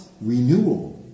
renewal